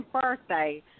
birthday